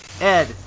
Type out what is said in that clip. Ed